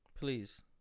Please